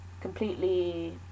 completely